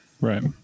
Right